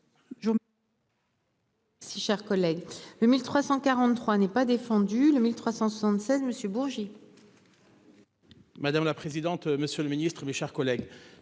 Si cher collègue. Le 1343 n'ait pas défendu le 1376 Monsieur Bourgi. Madame la présidente. Monsieur le Ministre, mes chers collègues.